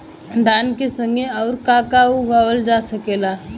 धान के संगे आऊर का का उगावल जा सकेला?